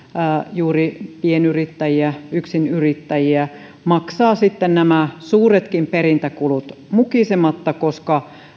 juuri pienyrittäjiä yksinyrittäjiä maksavat sitten nämä suuretkin perintäkulut mukisematta koska